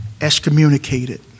excommunicated